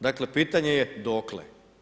Dakle, pitanje je dokle?